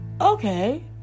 Okay